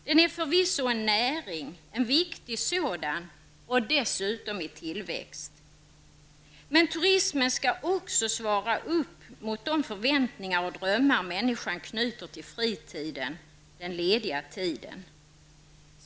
Den är förvisso en näring -- en viktig sådan och dessutom i tillväxt -- men turismen skall också svara upp mot de förväntningar och drömmar människan knyter till fritiden, den lediga tiden.